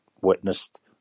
witnessed